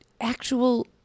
actual